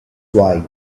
why